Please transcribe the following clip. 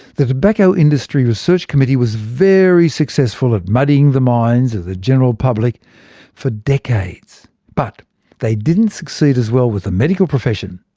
the tobacco industry research committee was very successful at muddying the minds of the general public for decades, but they didn't succeed as well with the medical profession.